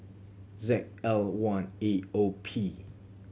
Z L one A O P